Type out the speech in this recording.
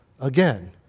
again